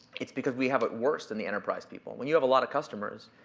it's because we have it worse than the enterprise people. when you have a lot of customers,